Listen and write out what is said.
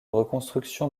reconstruction